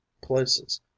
places